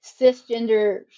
cisgender